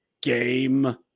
game